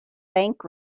bank